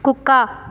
కుక్క